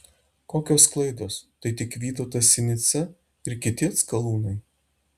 kokios klaidos tai tik vytautas sinica ir kiti atskalūnai